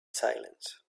silence